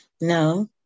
No